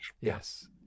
Yes